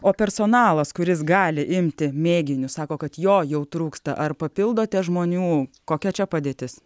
o personalas kuris gali imti mėginius sako kad jo jau trūksta ar papildote žmonių kokia čia padėtis